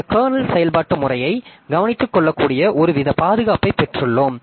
இந்த கர்னல் செயல்பாட்டு முறையை கவனித்துக் கொள்ளக்கூடிய ஒருவித பாதுகாப்பை பெற்றுள்ளோம்